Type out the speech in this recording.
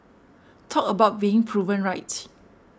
talk about being proven right